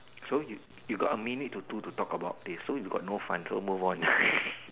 so you you got a minute to two to talk about this so you got no fun so move on